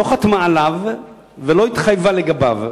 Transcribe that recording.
לא חתמה עליו ולא התחייבה לגביו.